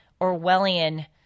Orwellian